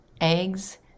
eggs